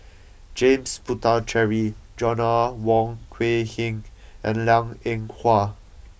James Puthucheary Joanna Wong Quee Heng and Liang Eng Hwa